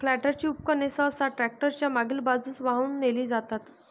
planter उपकरणे सहसा tractor च्या मागील बाजूस वाहून नेली जातात